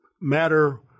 matter